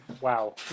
Wow